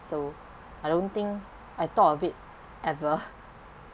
so I don't think I thought of it ever